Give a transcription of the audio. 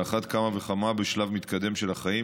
על אחת כמה וכמה בשלב מתקדם של החיים,